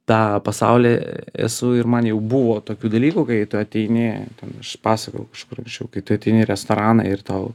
tą pasaulį esu ir man jau buvo tokių dalykų kai tu ateini ten aš pasakojau kažkur anksčiau kai tu ateini į restoraną ir tau